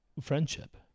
friendship